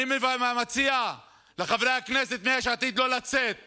אני מציע לחברי הכנסת מיש עתיד לא לצאת,